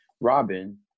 Robin